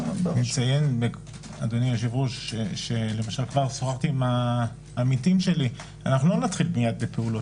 אציין שלמשל כבר שוחחתי עם העמיתים שלי לא נתחיל מייד בפעולות.